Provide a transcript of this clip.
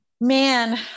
Man